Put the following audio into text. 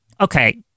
okay